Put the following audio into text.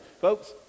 Folks